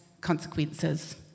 consequences